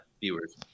viewers